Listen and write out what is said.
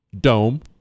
dome